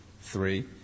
Three